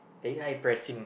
very high pressing